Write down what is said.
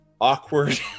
awkward